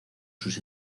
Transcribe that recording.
sus